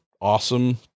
awesome